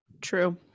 True